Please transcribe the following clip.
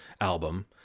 album